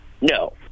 No